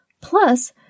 Plus